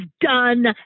done